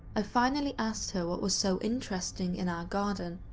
ah finally asked her what was so interesting in our garden.